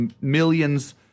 millions